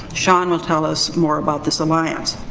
sean will tell us more about this alliance.